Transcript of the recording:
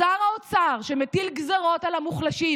שר האוצר שמטיל גזרות על המוחלשים,